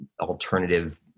alternative